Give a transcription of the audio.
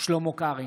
שלמה קרעי,